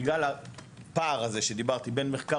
בגלל הפער הזה שדיברתי עליו בין מחקר